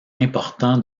important